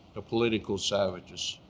political savages,